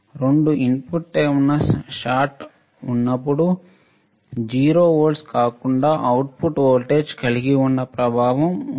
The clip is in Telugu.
2 ఇన్పుట్ టెర్మినల్స్ షార్ట్ అయి ఉన్నప్పుడు 0 వోల్ట్ల కాకుండా అవుట్పుట్ వోల్టేజ్ కలిగి ఉన్న ప్రభావం ఉంది